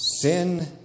Sin